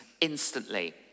instantly